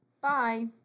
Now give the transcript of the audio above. Bye